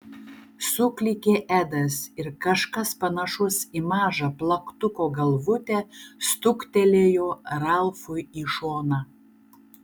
suklykė edas ir kažkas panašus į mažą plaktuko galvutę stuktelėjo ralfui į šoną